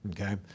Okay